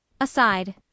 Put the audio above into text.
Aside